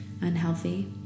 unhealthy